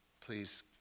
Please